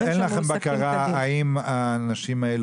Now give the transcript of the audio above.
אבל אין לכם בקרה האם האנשים האלה